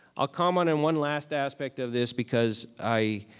i'll comment on one last aspect of this because i